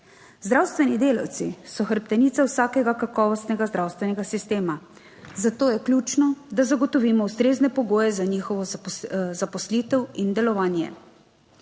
Zdravstveni delavci so hrbtenica vsakega kakovostnega zdravstvenega sistema, zato je ključno, da zagotovimo ustrezne pogoje za njihovo zaposlitev in delovanje.